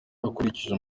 akurikije